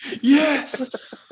yes